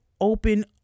open